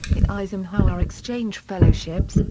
the eisenhower exchange fellowships,